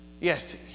Yes